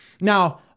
Now